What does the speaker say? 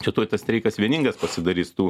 čia tuoj tas streikas vieningas pasidarys tų